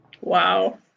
Wow